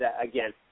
again